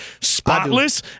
spotless